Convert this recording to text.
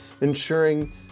ensuring